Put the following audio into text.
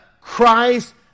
Christ